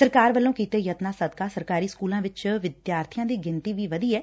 ਸਰਕਾਰ ਵੱਲੋਂ ਕੀਤੇ ਯਤਨਾਂ ਸਦਕਾ ਸਰਕਾਰੀ ਸਕੁਲਾਂ ਵਿੱਚ ਵਿਦਿਆਰਥੀਆਂ ਦੀ ਗਿਣਤੀ ਵੀ ਵਧੀ ਏ